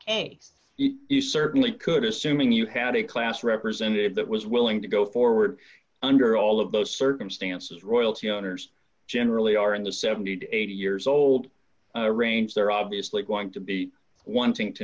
a you certainly could assuming you had a class represented that was willing to go forward under all of those circumstances royalty owners generally are in the seventy to eighty years old range they're obviously going to be wanting to